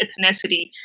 ethnicity